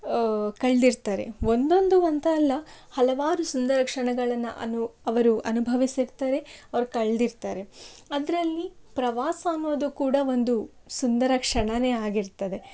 ಕಳೆದಿರ್ತಾರೆ ಒಂದೊಂದು ಅಂತ ಅಲ್ಲಾ ಹಲವಾರು ಸುಂದರ ಕ್ಷಣಗಳನ್ನು ಅನು ಅವರು ಅನುಭವಿಸಿರ್ತಾರೆ ಅವ್ರರು ಕಳೆದಿರ್ತಾರೆ ಅದರಲ್ಲಿ ಪ್ರವಾಸ ಅನ್ನೋದು ಕೂಡ ಒಂದು ಸುಂದರ ಕ್ಷಣಾನೇ ಆಗಿರ್ತದೆ